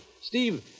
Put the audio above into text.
Steve